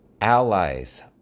allies